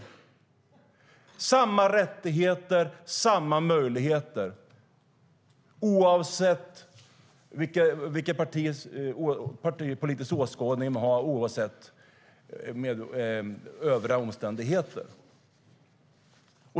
Det ska vara samma rättigheter och samma möjligheter, oavsett vilken partipolitisk åskådning som man har, oavsett övriga omständigheter.